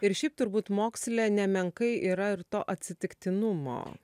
ir šiaip turbūt moksle nemenkai yra ir to atsitiktinumo